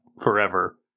forever